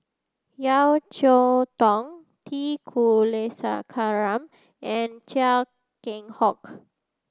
Yeo Cheow Tong T Kulasekaram and Chia Keng Hock